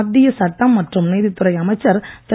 மத்திய சட்டம் மற்றும் நீதித்துறை அமைச்சர் திரு